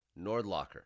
NordLocker